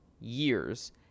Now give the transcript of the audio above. years